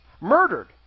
Murdered